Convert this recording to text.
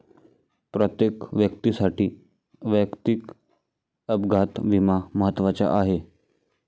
प्रत्येक व्यक्तीसाठी वैयक्तिक अपघात विमा महत्त्वाचा आहे